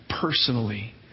personally